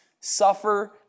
suffer